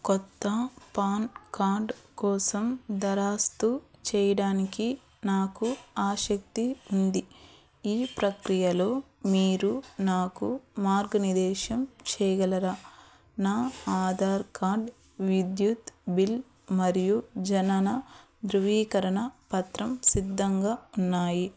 కొత్త PAN card కోసం దరాస్తు చేయడానికి నాకు ఆసక్తి ఉంది ఈ ప్రక్రియలో మీరు నాకు మార్గ నిదేశం చేయగలరా నా ఆధార్ కార్డ్ విద్యుత్ బిల్ మరియు జనన ధ్రువీకరణ పత్రం సిద్ధంగా ఉన్నాయి